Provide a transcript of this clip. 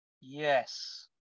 Yes